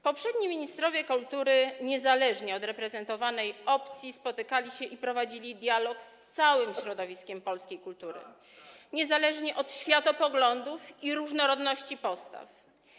Poprzedni ministrowie kultury, niezależnie od reprezentowanej opcji, spotykali się i prowadzili dialog z całym środowiskiem polskiej kultury, niezależnie od światopoglądów i różnorodności postaw.